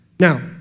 Now